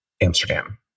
Amsterdam